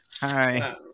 hi